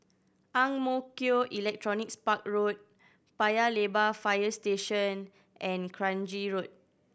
Ang Mo Kio Electronics Park Road Paya Lebar Fire Station and Kranji Road